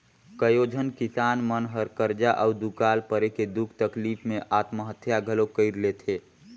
कयोझन किसान मन हर करजा अउ दुकाल परे के दुख तकलीप मे आत्महत्या घलो कइर लेथे